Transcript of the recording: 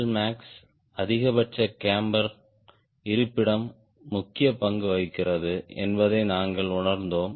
CLmax அதிகபட்ச கேம்பரின் இருப்பிடம் முக்கிய பங்கு வகிக்கிறது என்பதையும் நாங்கள் உணர்ந்தோம்